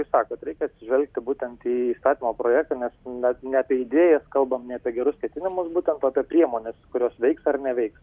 jūs sakot reikia atsižvelgti būtent į įstatymo projektą nes net ne apie idėjas kalbam apie gerus ketinimus būtent apie priemones kurios veiks ar neveiks